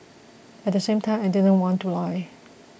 at the same time I didn't want to lie